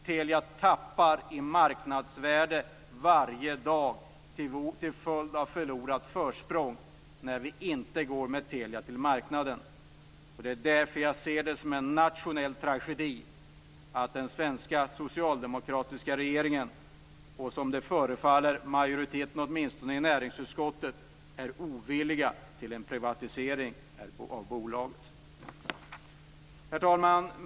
Telia tappar i marknadsvärde varje dag till följd av förlorat försprång när vi inte går med Telia till marknaden. Det är därför jag ser det som en nationell tragedi att den svenska socialdemokratiska regeringen och, som det förefaller, majoriteten åtminstone i näringsutskottet är ovilliga till en privatisering av bolaget.